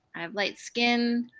i have light skin,